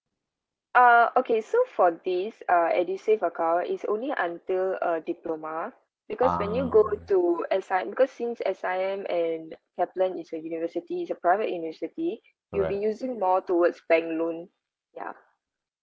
uh okay so for these uh edusave account it's only until uh diploma because when you go to S_I_M because since S_I_M and kaplan is a university is a private university you'll only using more towards bank loan ya